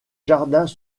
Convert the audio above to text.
jardins